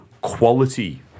quality